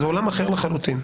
זה עולם אחר לחלוטין.